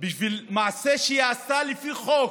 בשביל מעשה שהיא עשתה לפי חוק.